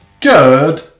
Good